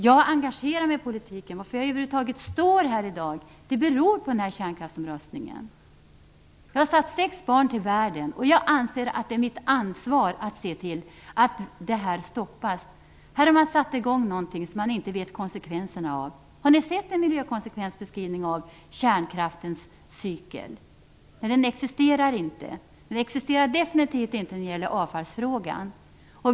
Jag engagerar mig i politiken. Att jag över huvud taget står här i dag beror på kärnkraftsomröstningen. Jag har satt sex barn till världen, och jag anser att det är mitt ansvar att se till att kärnkraften stoppas. Här har man satt i gång någonting som man inte vet konsekvenserna av. Har ni sett en miljökonsekvensbeskrivning av kärnkraftens cykel? Den existerar inte, och den existerar definitivt inte när det gäller avfallsfrågan.